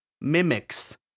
Mimics